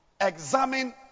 examine